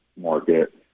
market